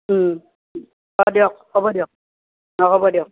হ'ব দিয়ক হ'ব দিয়ক অ' হ'ব দিয়ক